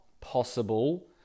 possible